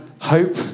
hope